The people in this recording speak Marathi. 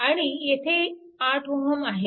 आणि येथे 8Ω आहे